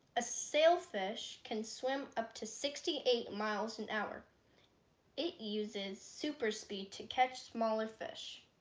a sailfish can swim up to sixty eight miles an hour it uses super speed to catch smaller fish